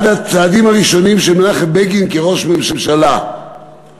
אחד הצעדים הראשונים של מר מנחם בגין כראש הממשלה היה